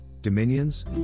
dominions